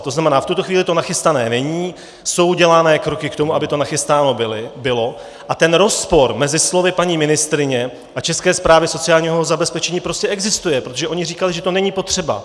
To znamená, v tuto chvíli to nachystané není, jsou dělány kroky k tomu, aby to nachystané bylo, a ten rozpor mezi slovy paní ministryně a České správy sociálního zabezpečení prostě existuje, protože oni říkali, že to není potřeba.